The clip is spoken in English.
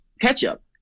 ketchup